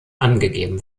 angegeben